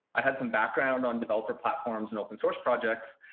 i had some background on developer platforms and open-source projects.